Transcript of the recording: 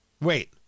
Wait